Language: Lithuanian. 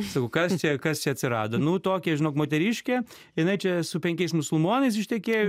sakau kas čia kas čia atsirado nu tokia žinok moteriškė jinai čia su penkiais musulmonais ištekėjo